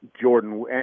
Jordan –